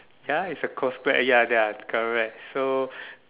ya is a cosplay ya there are correct so